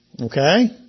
Okay